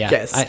Yes